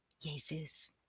Jesus